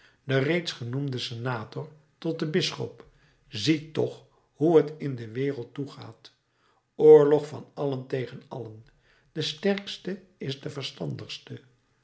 de reeds genoemde senator tot den bisschop zie toch hoe het in de wereld toegaat oorlog van allen tegen allen de sterkste is de verstandigste